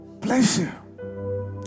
Pleasure